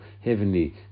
heavenly